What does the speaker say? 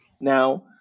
Now